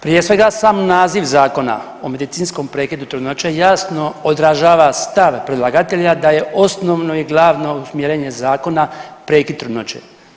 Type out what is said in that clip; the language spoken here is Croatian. Prije svega sam naziv Zakona o medicinskom prekidu trudnoće jasno odražava stav predlagatelja da je osnovno i glavno usmjerenje zakona prekid trudnoće.